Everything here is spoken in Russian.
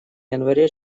январе